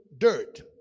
dirt